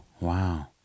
wow